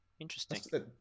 Interesting